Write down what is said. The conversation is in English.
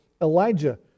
Elijah